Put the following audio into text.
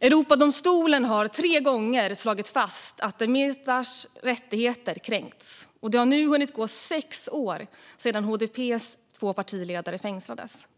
Europadomstolen har tre gånger slagit fast att Demirtas rättigheter har kränkts, och det har nu hunnit gå sex år sedan HDP:s två partiledare fängslades.